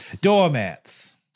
Doormats